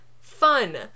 Fun